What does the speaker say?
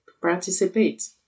participate